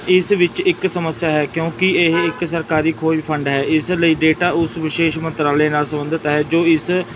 ਇਸ ਵਿੱਚ ਇੱਕ ਸਮੱਸਿਆ ਹੈ ਕਿਉਂਕਿ ਇਹ ਇੱਕ ਸਰਕਾਰੀ ਖੋਜ ਫੰਡ ਹੈ ਇਸ ਲਈ ਡੇਟਾ ਉਸ ਵਿਸ਼ੇਸ਼ ਮੰਤਰਾਲੇ ਨਾਲ ਸੰਬੰਧਿਤ ਹੈ ਜੋ ਇਸ